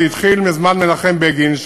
זה התחיל בזמן מנחם בגין,